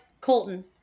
Colton